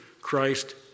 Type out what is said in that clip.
Christ